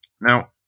Now